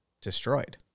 destroyed